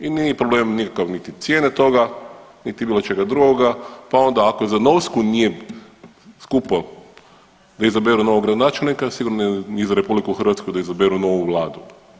I nije im problem nikakav niti cijene toga, niti bilo čega drugoga, pa onda ako za Novsku nije skupo da izaberu novog gradonačelnika sigurno ni za RH da izaberu novu vladu.